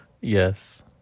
Yes